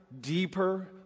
Deeper